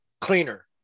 cleaner